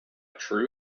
true